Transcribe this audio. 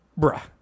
bruh